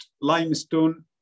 limestone